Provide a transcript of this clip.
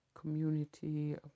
community